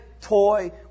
toy